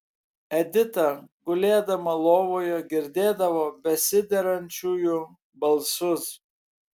edita gulėdama lovoje girdėdavo besiderančiųjų balsus